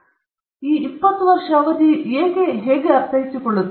ಆದ್ದರಿಂದ ನಾವು ಈ 20 ವರ್ಷ ಅವಧಿಯನ್ನು ಹೇಗೆ ಅರ್ಥೈಸಿಕೊಳ್ಳುತ್ತೇವೆ